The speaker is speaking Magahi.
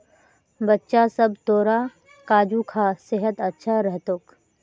बच्चा सब, तोरा काजू खा सेहत अच्छा रह तोक